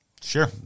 Sure